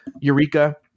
Eureka